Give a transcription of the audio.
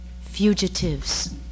fugitives